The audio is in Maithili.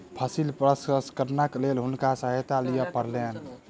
फसिल प्रसंस्करणक लेल हुनका सहायता लिअ पड़लैन